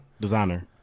Designer